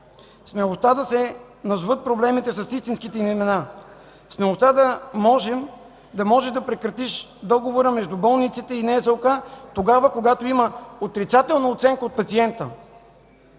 Смелостта да се назоват проблемите с истинските им имена. Смелостта да може да прекратиш договора между болниците и НЗОК тогава, когато има отрицателна оценка от пациента.